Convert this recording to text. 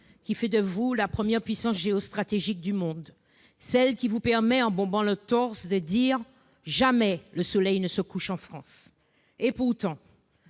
qui fait de vous la première puissance géostratégique du monde, qui vous permet, en bombant le torse, de dire :« Jamais le soleil ne se couche en France !» Pourtant,